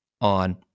on